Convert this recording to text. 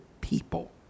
people